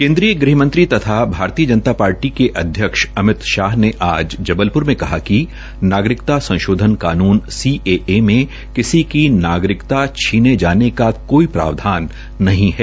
केन्द्रीय गृहमंत्री तथा भारतीय जनता पार्टी के अध्यक्ष अमित शाह ने आज जबलप्र में कहा कि नागरिकता सीएए में किसी की नागरिकता छीने जाने का कोई प्रावधान नहीं है